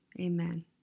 Amen